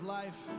life